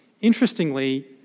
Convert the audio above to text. Interestingly